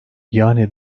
yani